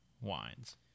wines